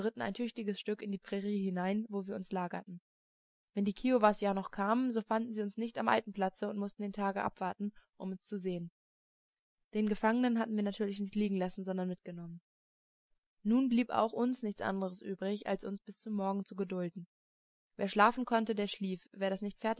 ein tüchtiges stück in die prairie hinein wo wir uns lagerten wenn die kiowas ja noch kamen so fanden sie uns nicht am alten platze und mußten den tag abwarten um uns zu sehen den gefangenen hatten wir natürlich nicht liegen lassen sondern mitgenommen nun blieb auch uns nichts anderes übrig als uns bis zum morgen zu gedulden wer schlafen konnte der schlief wer das nicht